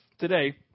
Today